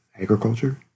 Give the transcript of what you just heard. agriculture